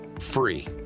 free